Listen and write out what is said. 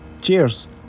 cheers